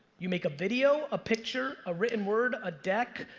you make a video, a picture, a written word, a deck,